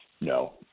no